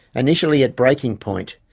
initially at breaking point,